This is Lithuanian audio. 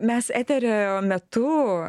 mes eterio metu